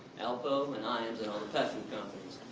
alpo and iams and all the pet food companies.